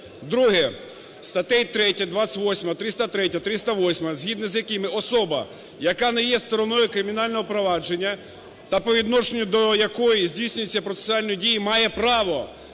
Друге. Статтею 3, 28, 303, 308, згідно з якими особа, яка не є стороною кримінального провадження та по відношенню до якої здійснюються процесуальні дії, має право